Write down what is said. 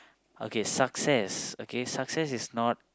okay success okay success is not